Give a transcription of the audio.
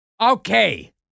Okay